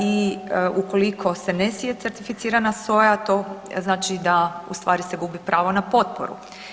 I ukoliko se ne sije certificirana soja to znači da u stvari se gubi pravo na potporu.